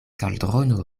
kaldrono